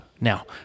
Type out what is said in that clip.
Now